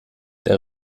der